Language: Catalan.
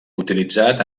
utilitzat